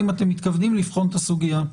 האם אתם מתכוונים לבחון את הסוגיה?